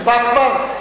הצבעת כבר?